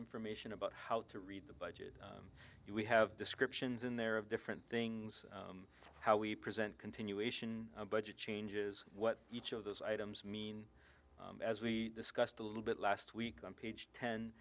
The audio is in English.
information about how to read the budget we have descriptions in there of different things how we present continuation budget changes what each of those items mean as we discussed a little bit last week on page ten